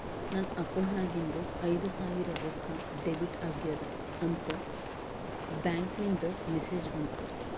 ನನ್ ಅಕೌಂಟ್ ನಾಗಿಂದು ಐಯ್ದ ಸಾವಿರ್ ರೊಕ್ಕಾ ಡೆಬಿಟ್ ಆಗ್ಯಾದ್ ಅಂತ್ ಬ್ಯಾಂಕ್ಲಿಂದ್ ಮೆಸೇಜ್ ಬಂತು